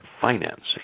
financing